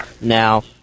Now